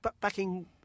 backing